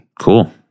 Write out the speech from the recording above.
Cool